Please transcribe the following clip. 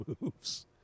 moves